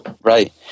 right